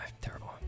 terrible